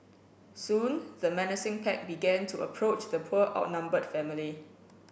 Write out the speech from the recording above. soon the menacing pack began to approach the poor outnumbered family